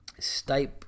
Stipe